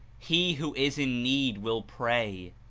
he who is in need will pray.